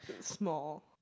Small